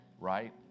right